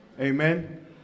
Amen